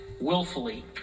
willfully